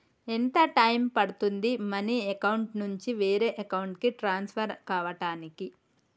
ఎంత టైం పడుతుంది money account నుంచి వేరే అకౌంట్ కి ట్రాన్స్ఫర్ కావటానికి?